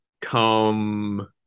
come –